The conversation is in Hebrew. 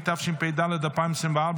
התשפ"ד 2024,